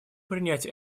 принять